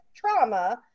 trauma